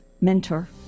mentor